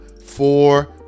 Four